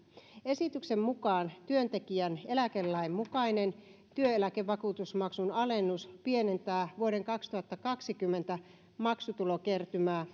esityksen mukaan työntekijän eläkelain mukaisen työeläkevakuutusmaksun alennus pienentää vuoden kaksituhattakaksikymmentä maksutulokertymää